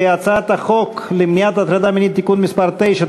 חוק למניעת הטרדה מינית (תיקון מס' 9),